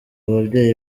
babyeyi